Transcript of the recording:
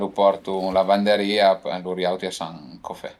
lu portu ën lavanderìa e lur auti a san co fe